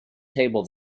table